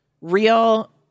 real